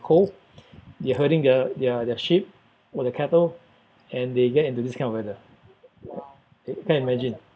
cold they're herding the their their sheep or their cattle and they get into this kind of weather can't imagine